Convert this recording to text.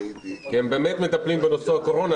כי הם באמת מטפלים בנושא הקורונה,